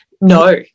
no